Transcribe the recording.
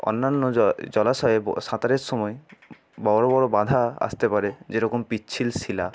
অন্যান্য জলাশয়ে সাঁতারের সময় বড়ো বড়ো বাঁধা আসতে পারে যেরকম পিচ্ছিল শিলা